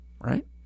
Right